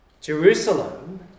Jerusalem